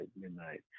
midnight